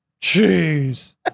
jeez